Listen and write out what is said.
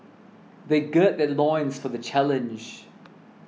they gird their loins for the challenge